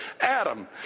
Adam